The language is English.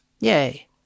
yay